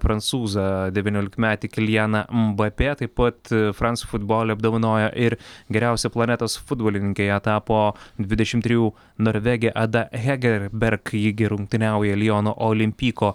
prancūzą devyniolikmetį kiljeną mbapė taip pat frans futbol apdovanojo ir geriausią planetos futbolininkę ja tapo dvidešimt trijų norvegė ada hegerberk ji gi rungtyniauja liono olimpyko